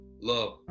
love